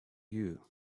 you